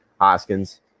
Hoskins